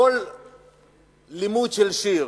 כל לימוד של שיר